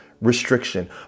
restriction